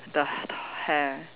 the the hair